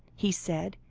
he said,